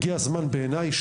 והגיע הזמן בעיניי,